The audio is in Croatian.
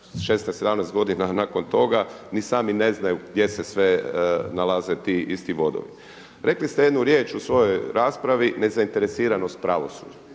16, 17 godina nakon toga ni sami ne znaju gdje se sve nalaze ti isti vodovi. Rekli ste jednu riječ u svojoj raspravi nezainteresiranost pravosuđa.